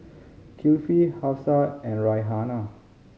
Kifli Hafsa and Raihana